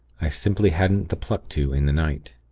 i simply hadn't the pluck to in the night